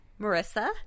Marissa